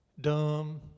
Dumb